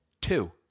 Two